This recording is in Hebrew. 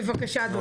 בבקשה.